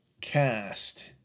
cast